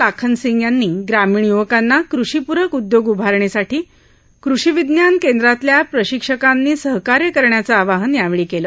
लाखन सिंग यांनी ग्रामीण युवकांना कृषीपूरक उद्योग उभारणीसाठी कृषी विज्ञान केंद्रातल्या प्रशिक्षकांनी सहकार्य करण्याचं आवाहन यावेळी केलं